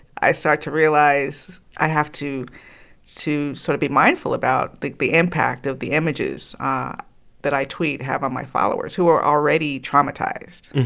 i start to realize i have to to sort of be mindful about like the impact of the images ah that i tweet have on my followers, who are already traumatized,